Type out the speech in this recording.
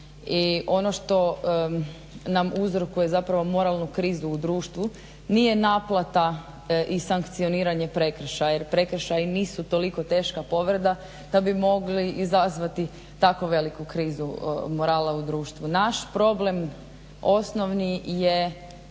i ono što nam uzrokuje zapravo moralnu krizu u društvu nije naplata i sankcioniranje prekršaja, jer prekršaji nisu toliko teška povreda da bi mogli izazvati tako veliku krizu morala u društvu. Naš problem osnovni je